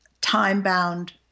time-bound